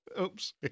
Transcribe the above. Oops